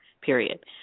period